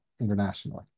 internationally